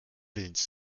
willens